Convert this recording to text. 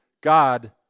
God